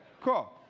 Cool